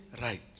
right